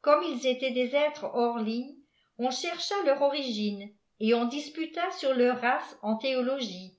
comme ils étaient des êtres hors ligne on çerçiajleiu origine ai w disputa sur leur race en théologie